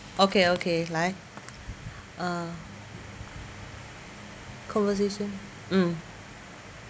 okay okay 来 uh conversation mm